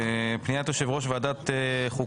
פניית יושב ראש ועדת חוקה,